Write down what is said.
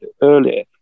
earlier